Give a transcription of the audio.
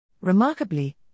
Remarkably